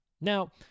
now